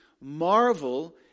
Marvel